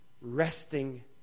resting